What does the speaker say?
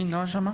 נועה בן אריה.